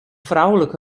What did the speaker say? vrouwelijk